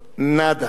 נאדה,